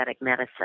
Medicine